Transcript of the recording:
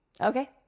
Okay